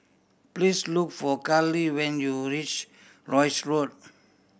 please look for Karlie when you reach Rosyth Road